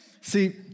See